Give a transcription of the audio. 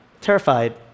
terrified